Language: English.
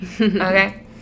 okay